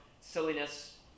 silliness